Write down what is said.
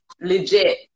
legit